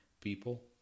people